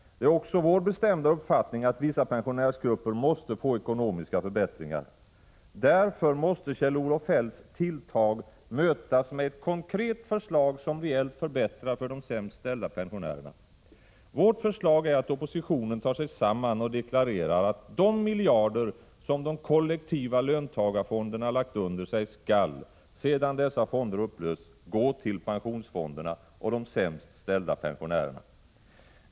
Det är också vår bestämda uppfattning att vissa pensionärsgrupper måste få ekonomiska förbättringar. Därför måste Kjell-Olof Feldts tilltag mötas med ett konkret förslag som reellt förbättrar för de sämst ställda pensionärerna. Vårt förslag är att oppositionen tar sig samman och deklarerar att de miljarder som de kollektiva löntagarfonderna lagt under sig skall, sedan dessa fonder upplösts, gå till pensionsfonderna och de sämst ställda pensionärerna.